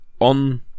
on